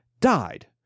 died